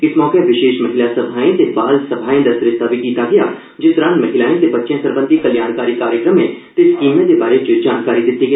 इस मौके विशेष महिला समाए त बाल सभाए दा सरिस्ता बी कीता गेआ जिस दरान महिलाए ते बच्चे सरबंधी कल्याणकारी कार्यक्रमें ते स्कीमें दे बारे च जानकारी दित्ती गेई